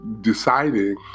deciding